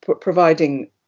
providing